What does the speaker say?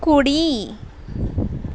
కుడి